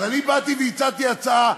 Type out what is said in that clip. אז אני באתי והצעתי הצעה: